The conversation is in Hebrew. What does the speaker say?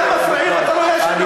אתה לא יכול.